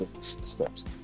steps